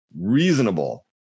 reasonable